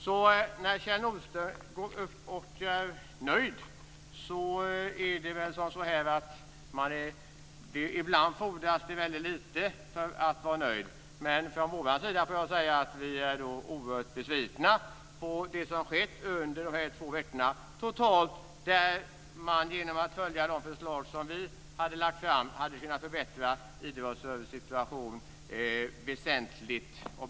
Kjell Nordström är nöjd, och ibland fordras det väldigt lite för att man ska vara nöjd. Men vi är oerhört besvikna på det som har skett under de här två veckorna. Genom att följa de förslag som vi har lagt fram hade man kunnat förbättra idrottsrörelsens situation väsentligt.